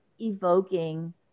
evoking